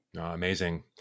Amazing